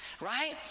right